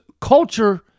culture